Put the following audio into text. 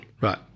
Right